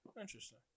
Interesting